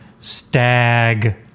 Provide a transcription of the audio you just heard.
Stag